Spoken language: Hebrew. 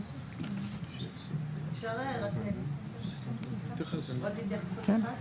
אפשר עוד התייחסות אחת?